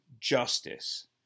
justice